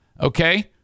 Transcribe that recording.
okay